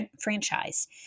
franchise